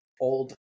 old